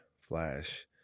Flash